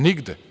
Nigde.